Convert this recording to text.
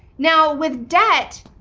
now with debt,